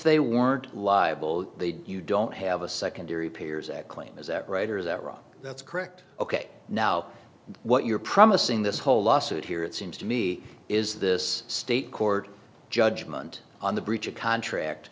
they weren't liable they'd you don't have a secondary payers act claim is that right or is that wrong that's correct ok now what you're promising this whole lawsuit here it seems to me is this state court judgment on the breach of contract